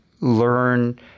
learn